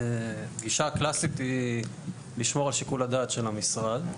הגישה הקלאסית היא לשמור על שיקול הדעת של המשרד,